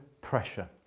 pressure